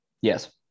Yes